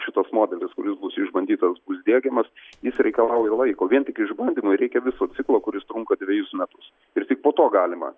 šitas modelis kuris bus išbandytas bus diegiamas jis reikalauja laiko vien tik išbandymui reikia viso ciklo kuris trunka dvejus metus ir tik po to galima